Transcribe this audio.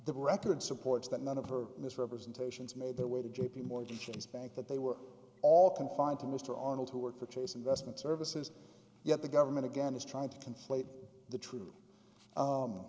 the record supports that none of her misrepresentations made their way to j p morgan chase bank that they were all confined to mr on who work for chase investment services yet the government again is trying to conflate the truth